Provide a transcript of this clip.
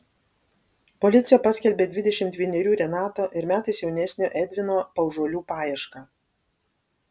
policija paskelbė dvidešimt vienerių renato ir metais jaunesnio edvino paužuolių paiešką